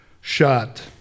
shot